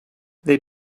they